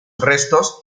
restos